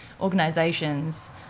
organisations